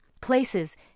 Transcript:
places